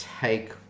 take